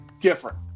different